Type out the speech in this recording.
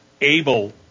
able